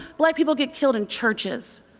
black people get killed in churches.